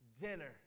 Dinner